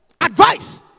advice